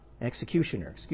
executioner